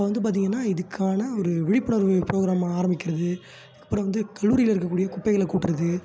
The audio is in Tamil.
அப்போ வந்து பார்த்தீங்கன்னா இதுக்கான ஒரு விழிப்புணர்வு ப்ரோக்ராமை ஆரம்பிக்கிறது அப்புறம் வந்து கல்லூரியில் இருக்கக்கூடிய குப்பைகளை கூட்டுறது